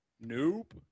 Nope